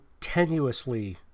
tenuously